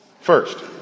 First